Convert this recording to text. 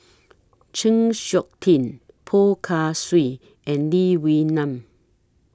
Chng Seok Tin Poh Kay Swee and Lee Wee Nam